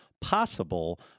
possible